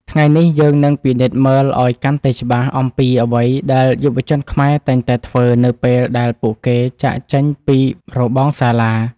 ថ្ងៃនេះយើងនឹងពិនិត្យមើលឱ្យកាន់តែច្បាស់អំពីអ្វីដែលយុវជនខ្មែរតែងតែធ្វើនៅពេលដែលពួកគេចាកចេញពីរបងសាលា។